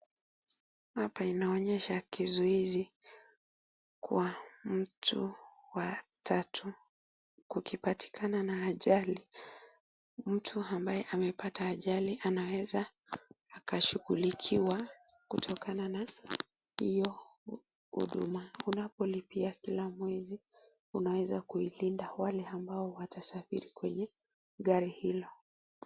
Hapa inaonyesha kizuizi kwa mtu wa tatu. Kukipatikana na ajali, mtu ambaye amepata ajali anaweza kashughulikiwa kutokana na hiyo huduma. Unapolipia kila mwezi unaweza kuilinda wale ambao watasafiri kwenye gari hilo.